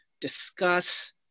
discuss